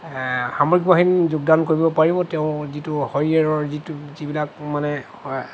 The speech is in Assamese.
সামৰিক বাহিনীত যোগদান কৰিব পাৰিব তেওঁ যিটো শৰীৰৰ যিটো যিবিলাক মানে